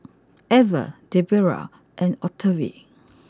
Elva Debera and Octavie